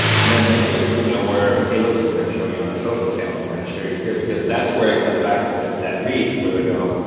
and then make it you know where, hey, listen, we're going to show you on our social channels, we're going to share you here. because that's where it comes back to that that reach, where they'll go,